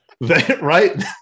Right